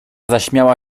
zaśmiała